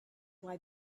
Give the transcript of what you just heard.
why